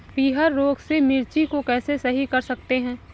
पीहर रोग से मिर्ची को कैसे सही कर सकते हैं?